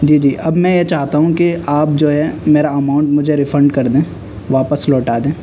جی جی اب میں یہ چاہتا ہوں کہ آپ جو ہے میرا اماؤنٹ مجھے ریفنڈ کر دیں واپس لوٹا دیں